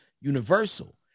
Universal